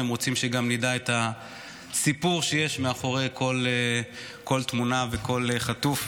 הם רוצים שגם נדע את הסיפור שיש מאחורי כל תמונה וכל חטוף,